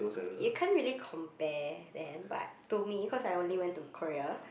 you can't really compare them but to me cause I only went to Korea